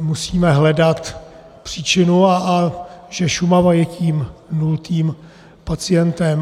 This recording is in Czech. musíme hledat příčinu a že Šumava je tím nultým pacientem.